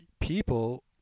people